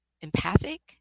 empathic